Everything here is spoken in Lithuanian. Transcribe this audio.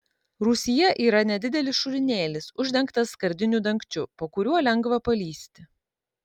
rūsyje yra nedidelis šulinėlis uždengtas skardiniu dangčiu po kuriuo lengva palįsti